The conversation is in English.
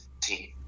team